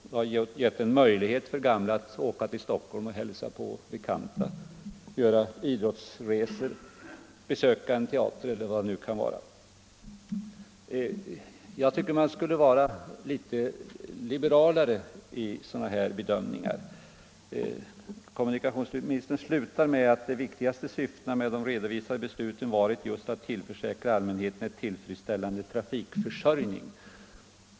Det har inneburit en möjlighet för gamla att resa till Stockholm och hälsa på bekanta, det har inneburit en möjlighet att göra idrottsresor, att besöka teatrar etc; Jag tycker att man borde vara litet liberalare vid sådana här bedömningar. Kommunikationsministern avslutar sitt svar med att framhålla att ett av de viktigaste syftena med beslutet varit att tillförsäkra allmänheten en tillfredsställande trafikförsörjning.